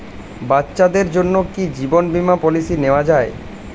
বাচ্চাদের জন্য কি জীবন বীমা পলিসি নেওয়া যায়?